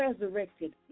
resurrected